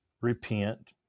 repent